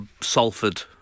Salford